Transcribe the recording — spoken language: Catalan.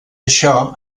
això